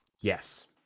Yes